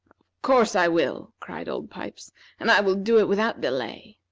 course i will, cried old pipes and i will do it without delay.